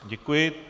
Děkuji.